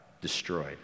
destroyed